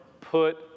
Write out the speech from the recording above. put